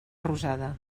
rosada